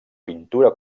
pintura